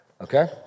Okay